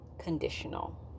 conditional